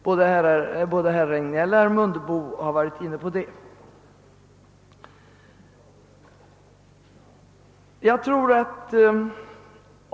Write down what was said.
Både herr Regnéll och herr Mundebo har varit inne på den saken.